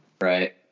Right